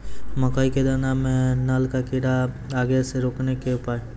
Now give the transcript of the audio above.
मकई के दाना मां नल का कीड़ा लागे से रोकने के उपाय?